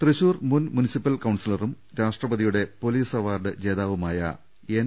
തൃശൂർ മുൻ മുനിസിപ്പൽ കൌൺസിലറും രാഷ്ട്രപ തിയുടെ പൊലീസ് അവാർഡ് ജേതാവുമായ എൻ